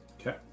okay